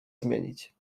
zmienić